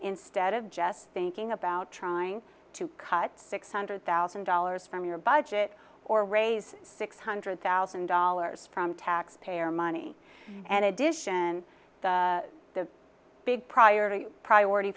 instead of just thinking about trying to cut six hundred thousand dollars from your budget or raise six hundred thousand dollars from taxpayer money and addition the big prior to priority